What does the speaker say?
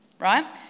right